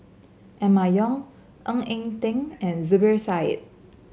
Emma Yong Ng Eng Teng and Zubir Said